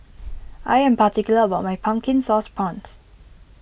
I am particular about my Pumpkin Sauce Prawns